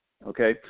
Okay